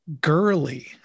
girly